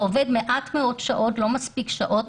זה עובד מעט מאוד שעות, לא מספיק שעות.